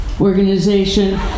Organization